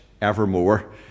evermore